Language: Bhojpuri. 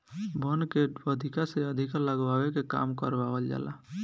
वन के अधिका से अधिका लगावे के काम करवावल जाला